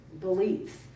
beliefs